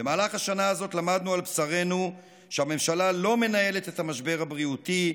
במהלך השנה הזאת למדנו על בשרנו שהממשלה אינה מנהלת את המשבר הבריאותי,